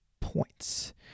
points